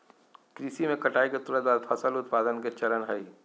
कृषि में कटाई के तुरंत बाद फसल उत्पादन के चरण हइ